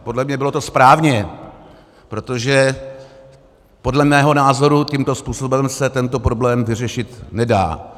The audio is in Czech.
A podle mě to bylo správně, protože podle mého názoru tímto způsobem se tento problém vyřešit nedá.